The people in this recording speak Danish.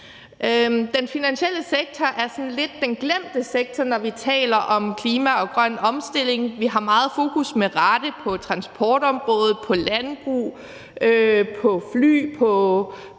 Den finansielle sektor er sådan lidt den glemte sektor, når vi taler om klima og grøn omstilling. Vi har meget fokus, med rette, på transportområdet, på landbrug, på fly, på